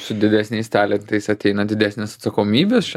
su didesniais talentais ateina didesnės atsakomybės